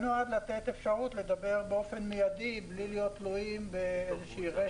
זה נועד לתת אפשרות לדבר באופן מידי בלי להיות תלויים ברשת